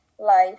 life